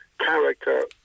character